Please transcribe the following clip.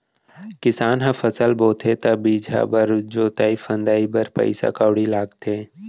किसान ह फसल बोथे त बीजहा बर, जोतई फंदई बर पइसा कउड़ी लगाथे